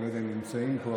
אני לא יודע אם נמצאים פה,